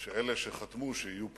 שאלה שחתמו יהיו פה,